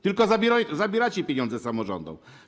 Tylko zabieracie pieniądze samorządom.